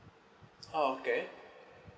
oh okay